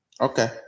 okay